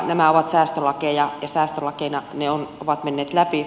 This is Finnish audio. nämä ovat säästölakeja ja säästölakeina ne ovat menneet läpi